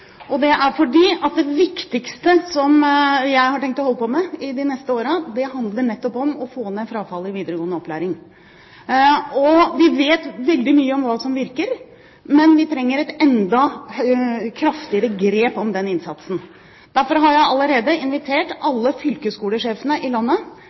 Det er fordi det viktigste jeg har tenkt å holde på med de neste årene, er nettopp å få ned frafallet i videregående opplæring. Vi vet veldig mye om hva som virker, men vi trenger et enda kraftigere grep om den innsatsen. Derfor har jeg allerede invitert alle fylkesskolesjefene i landet